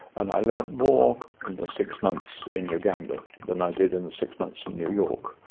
and i learned more in the six months in uganda than i did in the six months in new york.